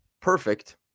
perfect